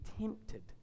tempted